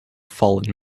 fallen